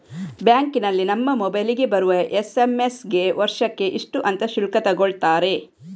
ಬ್ಯಾಂಕಿನಲ್ಲಿ ನಮ್ಮ ಮೊಬೈಲಿಗೆ ಬರುವ ಎಸ್.ಎಂ.ಎಸ್ ಗೆ ವರ್ಷಕ್ಕೆ ಇಷ್ಟು ಅಂತ ಶುಲ್ಕ ತಗೊಳ್ತಾರೆ